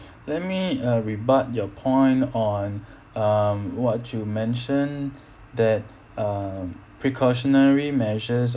let me uh rebut your point on um what you mentioned that uh precautionary measures